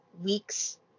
Weeks